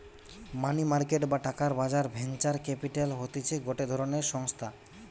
মানি market বা টাকার বাজার ভেঞ্চার ক্যাপিটাল হতিছে গটে ধরণের সংস্থা